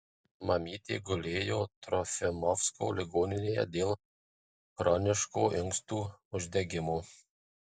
mamytė gulėjo trofimovsko ligoninėje dėl chroniško inkstų uždegimo